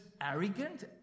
arrogant